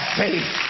faith